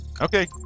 Okay